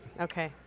Okay